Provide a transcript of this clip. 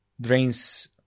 drains